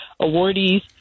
awardees